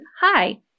hi